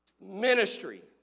Ministry